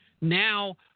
Now